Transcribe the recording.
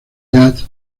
jazz